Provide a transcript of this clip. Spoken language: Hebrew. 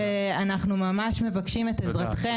ואנחנו ממש מבקשים את עזרתכם בטיפול.